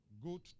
good